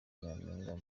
nyampinga